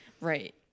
Right